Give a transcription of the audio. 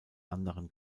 anderen